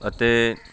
ਅਤੇ